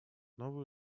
новые